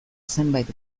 zenbait